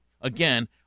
again